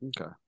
Okay